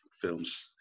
films